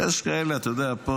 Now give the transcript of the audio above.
יש כאלה פה,